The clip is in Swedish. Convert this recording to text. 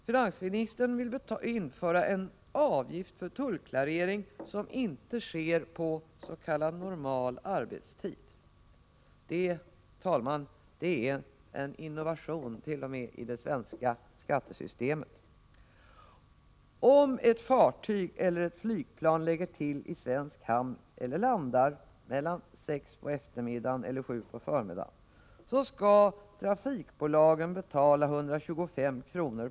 Finansministern vill införa en avgift för tullklarering som inte sker på s.k. normal arbetstid. Det är, herr talman, en innovation t.o.m. i det svenska skattesystemet. -& Z Onsdagen den resenärerna skall kunna få förtulla sina eventuella varor.